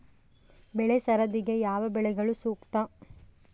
ಬೆಳೆ ಸರದಿಗೆ ಯಾವ ಬೆಳೆಗಳು ಸೂಕ್ತ?